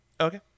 Okay